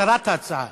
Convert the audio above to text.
הסרת ההצעה.